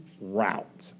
route